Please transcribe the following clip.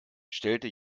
stellte